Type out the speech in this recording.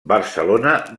barcelona